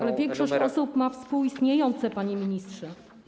Ale większość osób ma współistniejące, panie ministrze.